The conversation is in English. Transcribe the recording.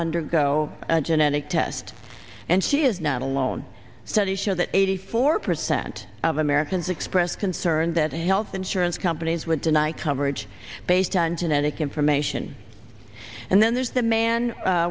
undergo genetic tests and she is not alone studies show that eighty four percent of americans express concern that health insurance companies would deny coverage based on genetic information and then there's the man